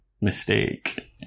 mistake